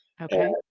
Okay